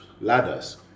ladders